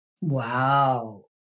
Wow